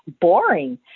boring